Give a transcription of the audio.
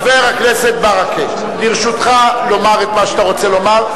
חבר הכנסת ברכה, רשותך לומר את מה שאתה רוצה לומר.